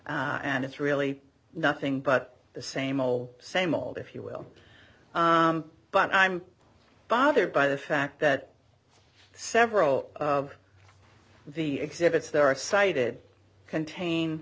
exist and it's really nothing but the same old same old if you will but i'm bothered by the fact that several of the exhibits there are cited contain